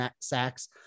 sacks